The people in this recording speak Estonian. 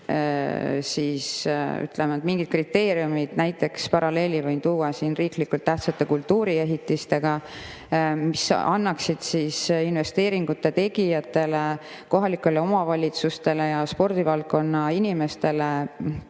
ütleme, mingid kriteeriumid. Paralleeli võin tuua siin näiteks riiklikult tähtsate kultuuriehitistega. Need annaksid investeeringu tegijatele, kohalikele omavalitsustele ja spordivaldkonna inimestele